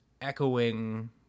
echoing